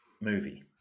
movie